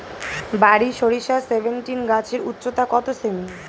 বারি সরিষা সেভেনটিন গাছের উচ্চতা কত সেমি?